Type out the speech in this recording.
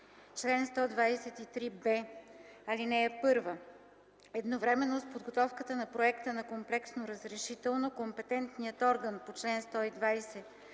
Чл. 123б. (1) Едновременно с подготовката на проекта на комплексно разрешително компетентният орган по чл. 120,